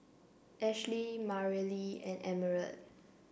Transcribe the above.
Ashli Mareli and Emerald